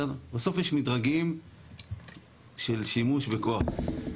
בסוף יש מדרגים של שימוש בכוח,